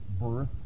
birth